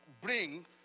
bring